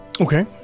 Okay